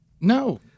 No